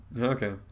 Okay